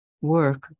work